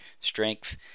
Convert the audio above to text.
strength